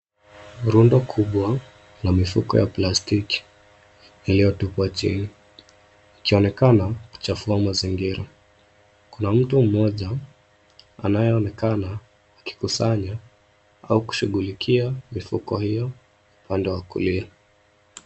Rundo kubwa na mifuko ya plastiki ilio tupwa chini ikionekana kuchafua mazingira. Kuna mtu mmoja anayeonekana akikusanya au kushughulikia mifuko hio upande wakulia.